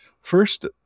first